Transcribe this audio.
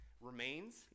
remains